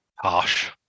Harsh